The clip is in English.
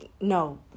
no